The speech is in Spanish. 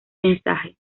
mensaje